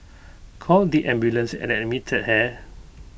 called the ambulance and admitted her